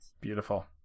Beautiful